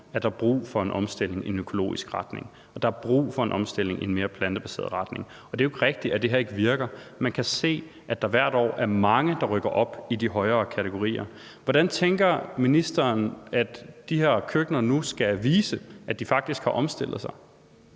at der er brug for en omstilling i en økologisk retning, og at der er brug for en omstilling i en mere plantebaseret retning, og det er jo ikke rigtigt, at det her ikke virker. Man kan se, at der hvert år er mange, der rykker op i de højere kategorier. Hvordan tænker ministeren at de her køkkener nu skal vise, at de faktisk har omstillet sig?